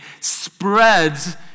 spreads